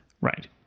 Right